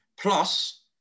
plus